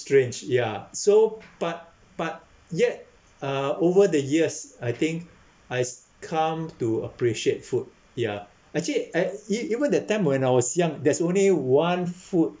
strange ya so but but yet uh over the years I think I've come to appreciate food ya actually I e~ even that time when I was young there's only one food